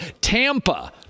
Tampa